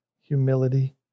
humility